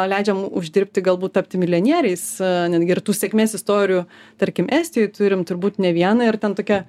leidžiam uždirbti galbūt tapti milijonieriais netgi ir tų sėkmės istorijų tarkim estijoj turim turbūt ne vieną ir ten tokia